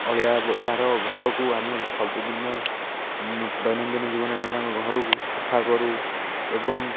ଅଳିଆ ତା'ର ଘରକୁ ଆମେ ସବୁଦିନ ଦୈନନ୍ଦିନ ଜୀବନରେ ଆମେ ତାଙ୍କ ଘରକୁ ସଫା କରୁ ଏବଂ